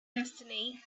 destiny